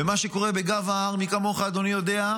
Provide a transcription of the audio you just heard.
ומה שקורה בגב ההר, מי כמוך יודע,